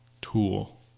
tool